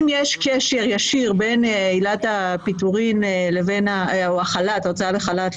יש קשר ישיר בין עילת הפיטורין או ההוצאה לחל"ת,